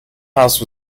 house